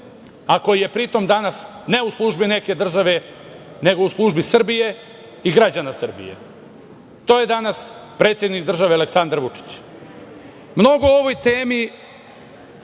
a koji je pri tome danas ne u službi neke države, nego u službi Srbije i građana Srbije. To je danas predsednik države Aleksandar Vučić. Mnogo